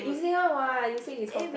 you say one what you say you chao tah